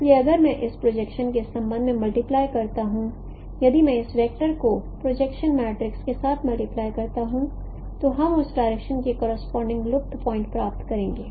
इसलिए अगर मैं इस प्रोजेक्शन के संबंध में मल्टीप्लाई करता हूं यदि मैं इस वेक्टर को प्रोजेक्शन मैट्रिक्स के साथ मल्टीप्लाई करता हूं तो हम उस डायरेक्शन के करोसपोंडिंग लुप्त पॉइंट् प्राप्त करेंगे